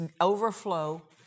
overflow